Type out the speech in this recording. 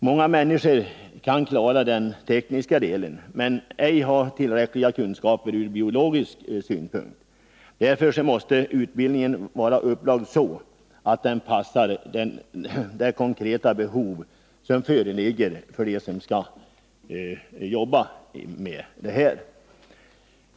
Många människor kan klara den tekniska delen men har inte tillräckliga biologiska kunskaper. Därför måste utbildningen vara upplagd så att den passar det konkreta behov som föreligger för dem som skall arbeta med detta.